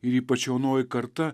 ir ypač jaunoji karta